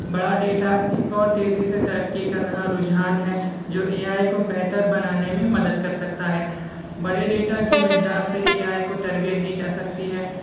بڑا ڈیٹا ایک اور تیزی سے ترقی کر رہا رجحان ہے جو اے آئی کو بہتر بنانے مین مدد کر سکتا ہے بڑے ڈیٹا کی مقدار سے اے آئی کو تربیت دی جا سکتی ہے